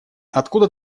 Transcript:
откуда